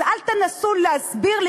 אז אל תנסו להסביר לי,